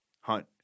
hunt